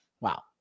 Wow